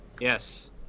Yes